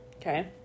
Okay